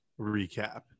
recap